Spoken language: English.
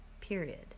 Period